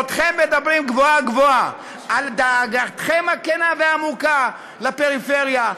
בעודכם מדברים גבוהה-גבוהה על דאגתכם הכנה והעמוקה לפריפריה,